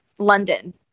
london